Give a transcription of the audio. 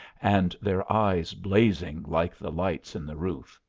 and their eyes blazing like the lights in the roof.